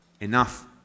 enough